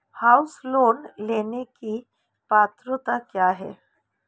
House loan लेने की पात्रता क्या है?